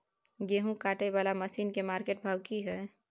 गेहूं काटय वाला मसीन के मार्केट भाव की हय?